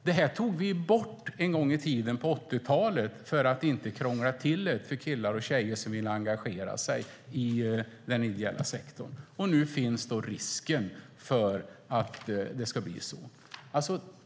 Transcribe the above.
Det tog vi bort en gång i tiden på 80-talet, för att inte krångla till det för killar och tjejer som ville engagera sig i den ideella sektorn. Men nu finns risken för att det ska bli på detta sätt.